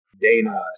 Dana